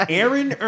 Aaron